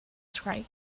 strike